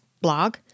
blog